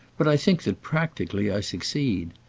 but i think that practically i succeed.